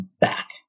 back